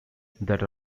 that